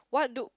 what do